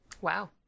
Wow